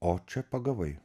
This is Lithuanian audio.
o čia pagavai